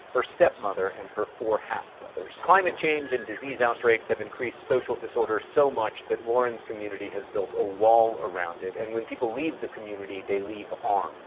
her stepmother and her four half-brothers. climate change and disease outbreaks have increased social disorder so much that lauren's community has built a wall all around it. and when people leave the community, they leave armed.